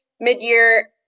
Mid-Year